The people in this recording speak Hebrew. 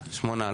שמונה.